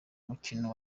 mukino